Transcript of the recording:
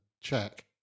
check